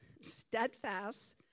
steadfast